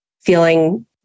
feeling